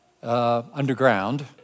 Underground